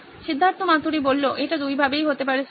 সিদ্ধার্থ মাতুরি এটা দুইভাবেই হতে পারে স্যার